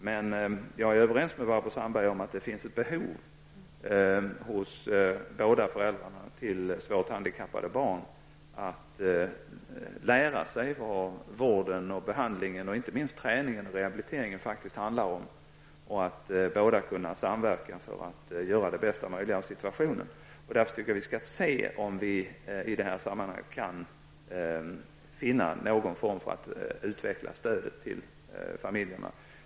Men jag är överens med Barbro Sandberg om att båda föräldrarna till ett svårt handikappat barn har behov av att lära sig vad vården, behandlingen och inte minst träningen och rehabiliteringen faktiskt handlar om och att båda kunna samverka för att göra det bästa möjliga av situationen. Jag tycker att vi skall undersöka om vi i detta sammanhang kan finna någon form för att utveckla stödet till dessa familjer.